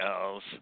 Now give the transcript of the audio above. else